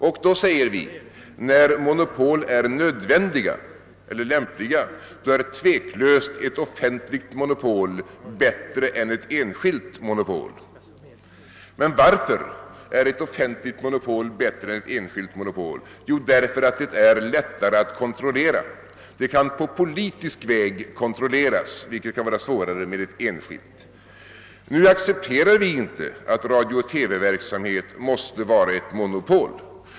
Och då säger vi, att när monopol är nödvändiga eller lämpliga, är tveklöst ett offentligt monopol bättre än ett enskilt monopol. Men varför är ett offentligt monopol bättre än ett enskilt monopol? Jo, därför att det är lättare att kontrollera. Det kan på politisk väg kontrolleras, vilket kan vara svårare med ett enskilt. Nu accepterar vi inte att radiooch TV-verksamheten måste vara ett monopol.